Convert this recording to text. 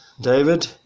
David